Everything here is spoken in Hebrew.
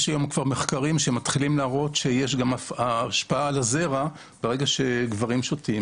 יש מחקרים שמתחילם להראות שיש השפעה על הזרע ברגע שגברים שותים.